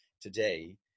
today